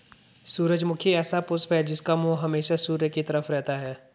सूरजमुखी ऐसा पुष्प है जिसका मुंह हमेशा सूर्य की तरफ रहता है